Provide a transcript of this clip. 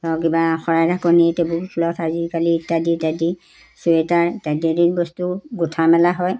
কিবা শৰাই ঢাকনি টেবুল ফুলত আজিকালি ইত্যাদি ইত্যাদি ছুৱেটাৰ বস্তু গোঁঠা মেলা হয়